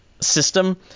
system